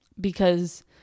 because-